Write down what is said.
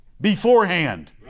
beforehand